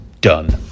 done